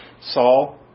Saul